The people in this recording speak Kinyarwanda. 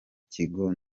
kigo